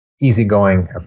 easygoing